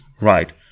right